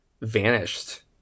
vanished